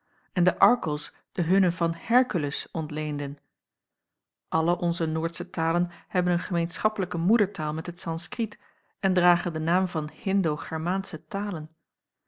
en de arkels den hunnen van herkules ontleenden alle onze noordsche talen hebben een gemeenschappelijke moedertaal met het sanskriet en dragen den naam van hindo germaansche talen